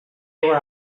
were